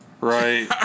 Right